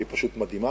שהיא פשוט מדהימה,